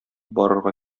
барырга